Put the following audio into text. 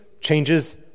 changes